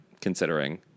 considering